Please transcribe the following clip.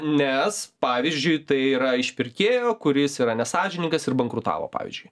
nes pavyzdžiui tai yra iš pirkėjo kuris yra nesąžiningas ir bankrutavo pavyzdžiui